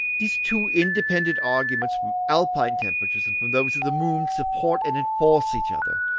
these two independent arguments from alpine temperatures and from those of the moon support and enforce each other,